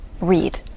read